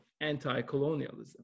anti-colonialism